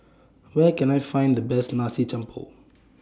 Where Can I Find The Best Nasi Campur